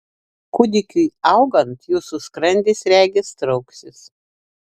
kūdikiui augant jūsų skrandis regis trauksis